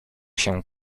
się